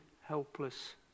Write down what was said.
helpless